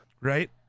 Right